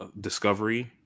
Discovery